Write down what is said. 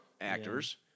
actors